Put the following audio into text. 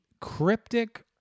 cryptic